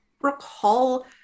recall